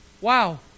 Wow